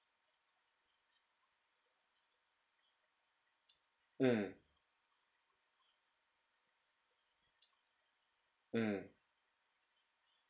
mm mm